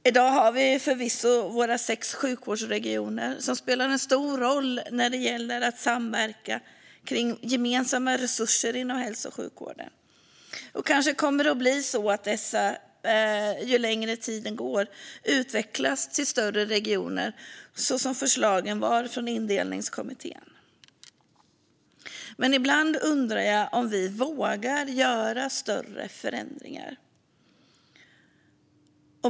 I dag har vi förvisso våra sex sjukvårdsregioner, som spelar en stor roll när det gäller att samverka kring gemensamma resurser inom hälso och sjukvården. Och kanske kommer dessa ju längre tiden går att utvecklas till större regioner, så som förslagen var från Indelningskommittén. Men ibland undrar jag om vi vågar göra större förändringar.